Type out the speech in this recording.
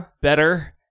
better